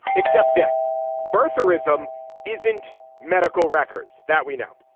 except this birtherism isn't medical records that we know.